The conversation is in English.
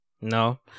No